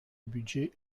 budget